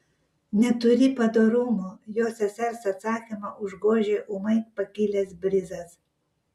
neturi padorumo jo sesers atsakymą užgožė ūmai pakilęs brizas